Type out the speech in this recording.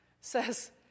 says